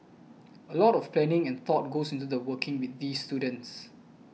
a lot of planning and thought goes into working with these students